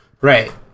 Right